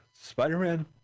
Spider-Man